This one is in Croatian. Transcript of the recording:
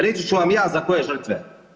Reći ću vam ja za koje žrtve.